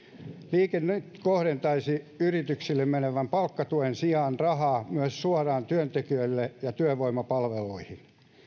liike nyt kohdentaisi yrityksille menevän palkkatuen sijaan rahaa myös suoraan työntekijöille ja työvoimapalveluihin